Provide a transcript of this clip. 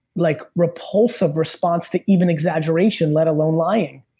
like repulsive response to even exaggerate and let alone lying,